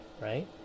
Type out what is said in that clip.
right